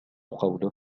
قوله